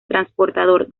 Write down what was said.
transportador